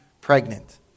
pregnant